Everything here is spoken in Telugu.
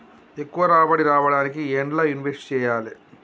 ఎక్కువ రాబడి రావడానికి ఎండ్ల ఇన్వెస్ట్ చేయాలే?